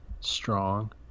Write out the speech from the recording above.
strong